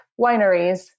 wineries